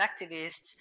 activists